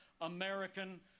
American